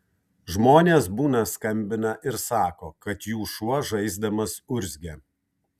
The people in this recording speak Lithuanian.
žmonės būna skambina ir sako kad jų šuo žaisdamas urzgia